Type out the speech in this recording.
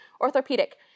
orthopedic